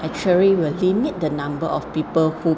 actually will limit the number of people who